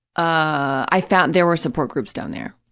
i found, there were support groups down there,